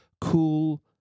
cool